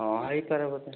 ହଁ ହେଇପାରେ ବୋଧେ